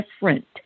different